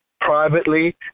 privately